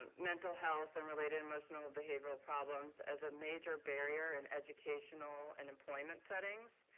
mental health and related emotional behavioral problems as a major barrier in educational and employment settings,